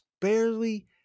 barely